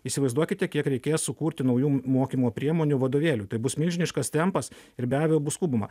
įsivaizduokite kiek reikės sukurti naujų m mokymo priemonių vadovėlių tai bus milžiniškas tempas ir be abejo bus skubama